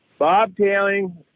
bobtailing